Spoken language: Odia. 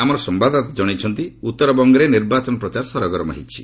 ଆମର ସମ୍ଭାଦଦାତା ଜଣାଇଛନ୍ତି ଉତ୍ତରବଙ୍ଗରେ ନିର୍ବାଚନ ପ୍ରଚାର ସରଗରମ ହୋଇଛି